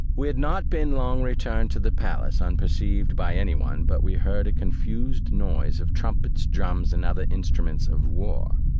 we had not been long returned to the palace, unperceived by any one, but we heard a confused noise of trumpets, drums, and other instruments of war.